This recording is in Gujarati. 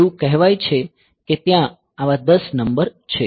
એવું કહેવાય છે કે ત્યાં આવા 10 નંબર છે